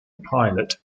pilot